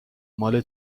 مال